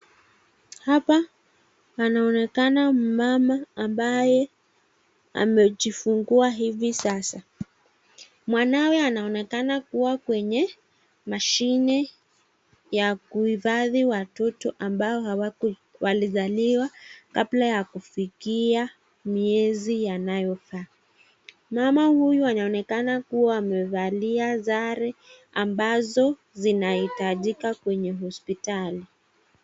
Hapa panaoneka mmama ambaye amejifunguhaoa hivi sasa mwanawe anonekana kuwa kwenye mashini ya kuifadia watoto mbayo walisaliwa kabla ya kufikia miezi yanayofaa mama huyu anaonekana kuwa amefalia sare ambazo zina